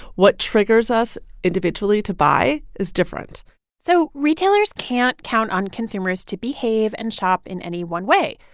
what triggers us individually to buy is different so retailers can't count on consumers to behave and shop in any one way.